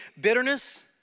bitterness